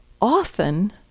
often